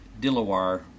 Dilawar